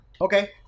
Okay